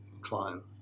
client